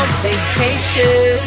vacation